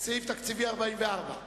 תקציבי 44,